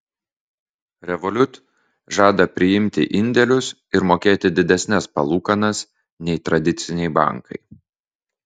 revolut žada priimti indėlius ir mokėti didesnes palūkanas nei tradiciniai bankai